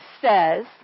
says